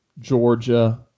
Georgia